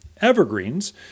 evergreens